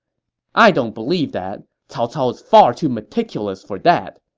i don't believe that. cao cao is far too meticulous for that.